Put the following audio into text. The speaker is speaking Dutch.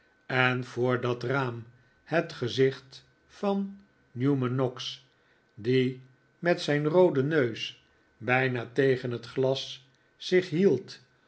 en voor dat raam het gezicht van newman noggs die met zijn rooden neus bijna tegen het glas zich hield